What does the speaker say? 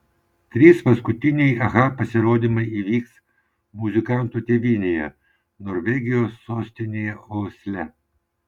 trys paskutiniai aha pasirodymai įvyks muzikantų tėvynėje norvegijos sostinėje osle